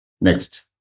Next